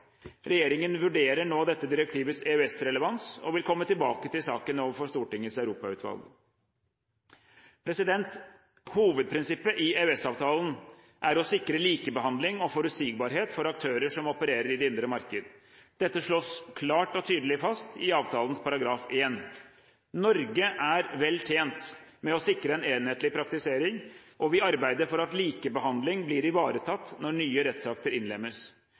Regjeringen vurderer nå dette direktivets EØS-relevans, og vi vil komme tilbake til saken overfor Stortingets europautvalg. Hovedprinsippet i EØS-avtalen er å sikre likebehandling og forutsigbarhet for aktører som opererer i det indre marked. Dette slås klart og tydelig fast i avtalens § 1. Norge er vel tjent med å sikre en enhetlig praktisering, og vi arbeider for at likebehandling blir ivaretatt når nye rettsakter innlemmes.